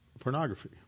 Pornography